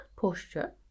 posture